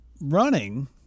running